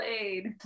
aid